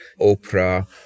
oprah